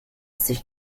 sich